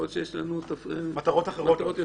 יכול להיות שיש לנו מטרות יותר חשובות.